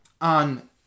on